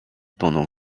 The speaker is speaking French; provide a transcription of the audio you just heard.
pendant